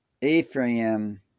Ephraim